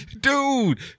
dude